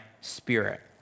spirit